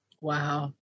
Wow